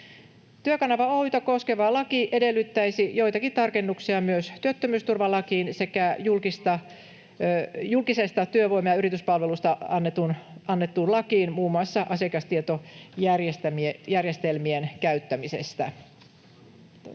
Työkanava Oy:tä koskeva laki edellyttäisi joitakin tarkennuksia myös työttömyysturvalakiin sekä julkisesta työvoima‑ ja yrityspalvelusta annettuun lakiin muun muassa asiakastietojärjestelmien käyttämisestä. — Kiitos.